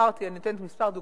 אמרתי, אני נותנת כמה דוגמאות.